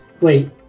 Wait